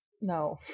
No